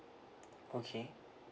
okay